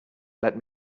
let